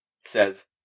says